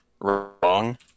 Wrong